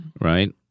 Right